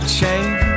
change